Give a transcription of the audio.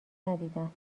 ندیدم